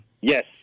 Yes